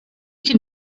can